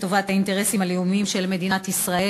לטובת האינטרסים הלאומיים של מדינת ישראל.